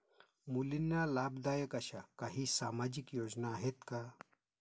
मुलींना लाभदायक अशा काही सामाजिक योजना आहेत का?